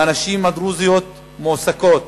מהנשים הדרוזיות מועסקות.